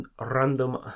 random